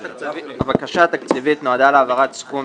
הבקשה התקציבית נועדה להעברת סכום